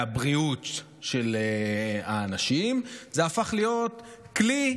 הבריאות של האנשים זה הפך להיות כלי,